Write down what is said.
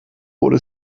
wurde